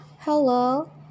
Hello